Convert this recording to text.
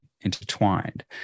intertwined